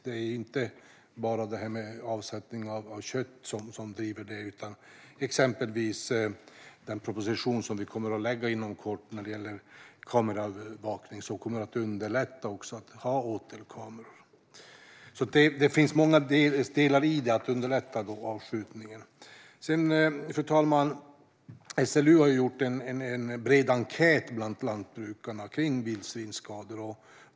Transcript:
Det är inte bara avsättningen av kött som driver detta. Den proposition som vi kommer att lägga fram inom kort om kameraövervakning kommer att underlätta för att ha åtelkameror. Det finns alltså många delar för att underlätta avskjutningen. SLU har gjort en bred enkät bland lantbrukarna om vildsvinsskador.